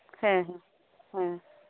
ᱦᱮᱸ ᱦᱮᱸ